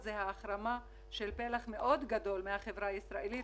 וזו ההחרמה של פלח מאוד גדול מהחברה הישראלית